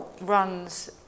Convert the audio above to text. runs